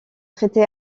traité